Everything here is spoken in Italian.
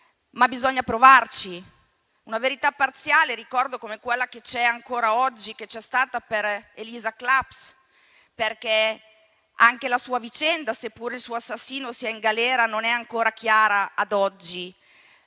ma bisogna provarci. Una verità parziale, ricordo, come quella che c'è ancora oggi e che c'è stata per Elisa Claps. Anche la sua vicenda, sebbene il suo assassino sia in galera, ad oggi non è ancora chiara.